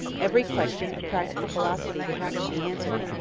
every question of practical philosophy that has to be answered,